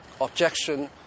objection